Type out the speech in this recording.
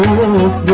remove